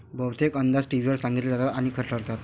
बहुतेक अंदाज टीव्हीवर सांगितले जातात आणि खरे ठरतात